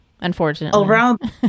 unfortunately